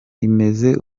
imeze